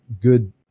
good